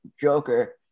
Joker